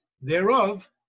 thereof